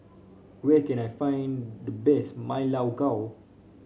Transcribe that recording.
where can I find the best Ma Lai Gao